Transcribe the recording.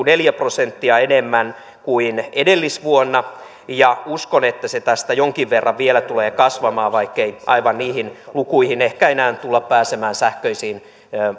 neljä prosenttia enemmän kuin edellisvuonna uskon että se tästä jonkin verran vielä tulee kasvamaan vaikkei aivan niihin lukuihin ehkä enää tulla pääsemään sähköisiin